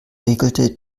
regelte